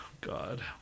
God